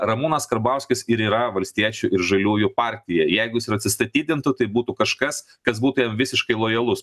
ramūnas karbauskis ir yra valstiečių ir žaliųjų partija jeigu jis ir atsistatydintų tai būtų kažkas kas būtų jam visiškai lojalus